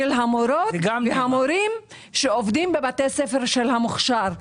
המורות והמורים שעובדים בבתי ספר של המוכשר.